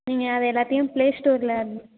நீங்கள் அதை எல்லாத்தையும் ப்ளே ஸ்டோரில்